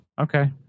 Okay